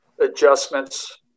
adjustments